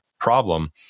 problem